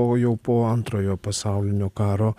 o jau po antrojo pasaulinio karo